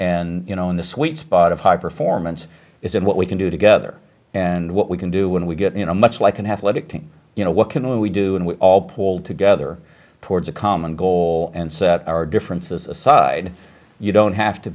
and you know in the sweet spot of high performance is and what we can do together and what we can do when we get you know much like an athletic team you know what can we do and we all pull together towards a common goal and set our differences aside you don't have to